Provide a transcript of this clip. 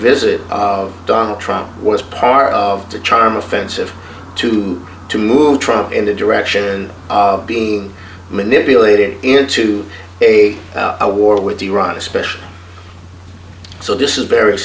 visit of donald trump was part of the charm offensive to to move trump in the direction of being manipulated into a war with iran especially so this is v